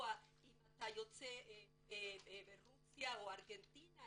צבועה אם אתה יוצא רוסיה או ארגנטינה,